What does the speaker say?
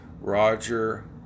Roger